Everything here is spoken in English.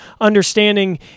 understanding